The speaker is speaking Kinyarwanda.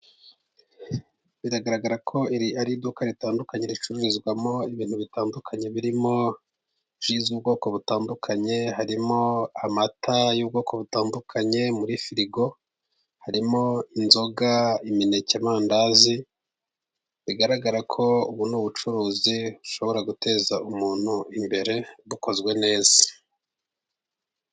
Biragaragara ko iri ari iduka ritandukanye ricururizwamo ibintu bitandukanye birimo ji z'ubwoko butandukanye, harimo amata y'ubwoko butandukanye muri firigo, harimo inzoga imineke, amandazi, bigaragara ko ubu ni ubucuruzi bushobora guteza umuntu imbere bukozwe neza.